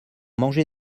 mangé